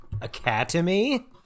Academy